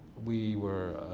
we were a